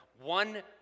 one